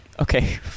Okay